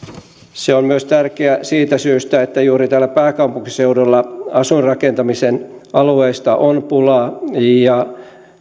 se on myös tärkeä siitä syystä että juuri täällä pääkaupunkiseudulla asuinrakentamisen alueista on pulaa ja